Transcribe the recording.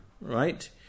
right